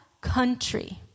country